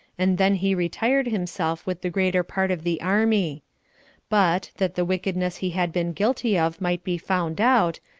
and then he retired himself with the greater part of the army but, that the wickedness he had been guilty of might be found out,